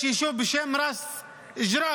מזרחית לדימונה, יש יישוב בשם ראס ג'ראבה.